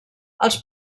als